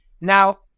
now